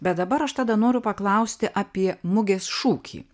bet dabar aš tada noriu paklausti apie mugės šūkį